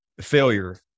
failure